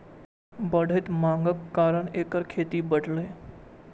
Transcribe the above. बढ़ैत मांगक कारण एकर खेती बढ़लैए